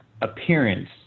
appearance